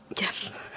yes